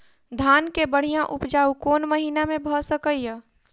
धान केँ बढ़िया उपजाउ कोण महीना मे भऽ सकैय?